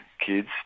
kids